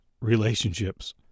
relationships